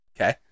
Okay